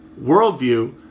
worldview